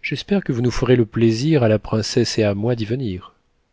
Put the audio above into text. j'espère que vous nous ferez le plaisir à la princesse et à moi d'y venir